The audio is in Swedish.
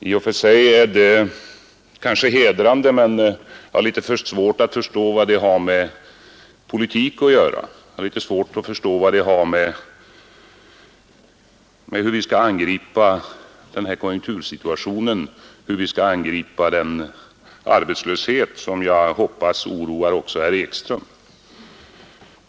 I och för sig är det kanske hedrande, men jag har litet svårt att förstå vad det har med politik att göra och vad det har att göra med hur vi skall gripa oss an den konjunktursituation som råder och den arbetslöshet, som jag hoppas oroar också herr Ekström.